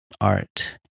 art